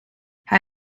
hij